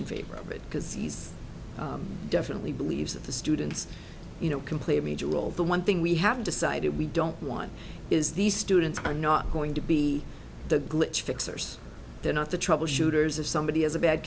in favor of it because he's definitely believes that the students you know complete major role the one thing we have decided we don't want is these students are not going to be the glitch fixers they're not the troubleshooters if somebody has a bad